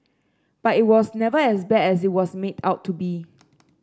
but it was never as bad as it was made out to be